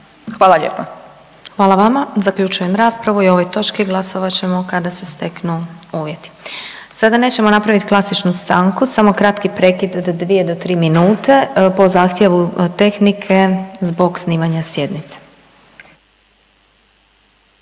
Sabina (SDP)** Hvala vama. Zaključujem raspravu i o ovoj točki, glasovat ćemo kada se steknu uvjeti. Sada nećemo napravit klasičnu stanku samo kratki prekid od 2 do 3 minute po zahtjevu tehnike zbog snimanja sjednice.